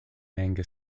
manga